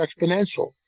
exponential